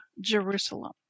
Jerusalem